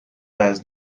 has